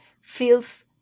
feels